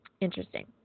Interesting